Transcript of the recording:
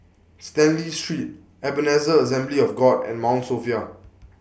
Stanley Street Ebenezer Assembly of God and Mount Sophia